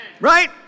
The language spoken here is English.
Right